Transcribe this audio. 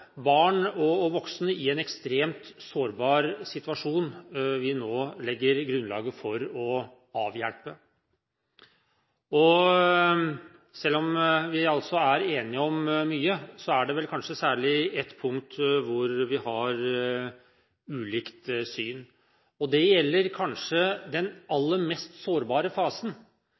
barn og voksne i en ekstremt sårbar situasjon vi nå legger grunnlaget for å hjelpe. Selv om vi er enige om mye, er det vel særlig ett punkt hvor vi har ulikt syn. Det gjelder den kanskje aller mest sårbare fasen